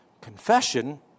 confession